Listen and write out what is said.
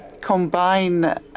combine